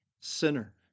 sinner